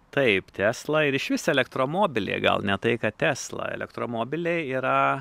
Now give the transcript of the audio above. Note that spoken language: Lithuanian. taip tesla ir išvis elektromobiliai gal ne tai kad tesla elektromobiliai yra